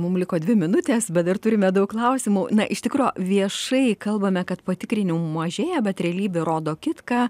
mum liko dvi minutės bet dar turime daug klausimų na iš tikro viešai kalbame kad patikrinimų mažėja bet realybė rodo kitką